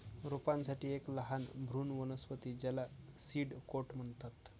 रोपांसाठी एक लहान भ्रूण वनस्पती ज्याला सीड कोट म्हणतात